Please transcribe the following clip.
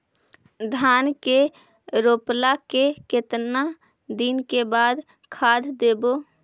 धान के रोपला के केतना दिन के बाद खाद देबै?